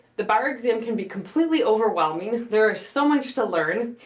the bar exam can be completely overwhelming. there are so much to learn.